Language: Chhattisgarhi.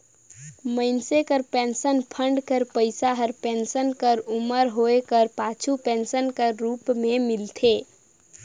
मइनसे कर पेंसन फंड कर पइसा हर पेंसन कर उमर होए कर पाछू पेंसन कर रूप में मिलथे